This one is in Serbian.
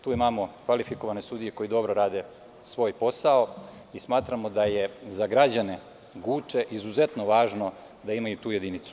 Tu imamo kvalifikovane sudije koje rade svoj posao i smatramo da je za građane Guče izuzetno važno da imaju tu jedinicu.